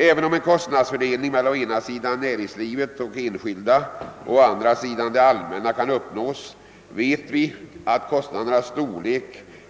även om en kostnadsfördelning mellan å ena sidan näringslivet och enskilda och å andra sidan det allmänna kan uppnås, vet vi att kostnaderna